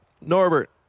Norbert